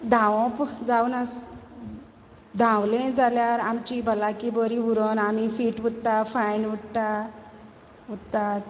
धावोप जावन आस धावलें जाल्यार आमची भलायकी बरी उरोन आमी फीट उत्ता फायन उट्टा उत्तात